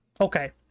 Okay